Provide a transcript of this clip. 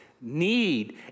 need